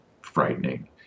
frightening